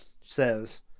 says